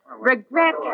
Regret